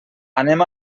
anem